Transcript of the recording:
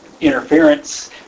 interference